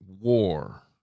war